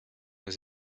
aux